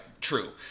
true